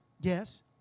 Yes